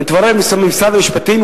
ואם תברר עם משרד המשפטים,